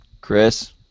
Chris